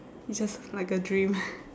it's just like a dream